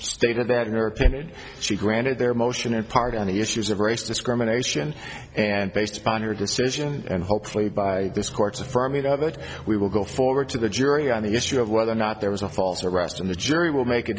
stated that in your opinion she granted their motion in part on the issues of racial discrimination and based upon her decision and hopefully by this court's affirming we will go forward to the jury on the issue of whether or not there was a false arrest in the jury will make a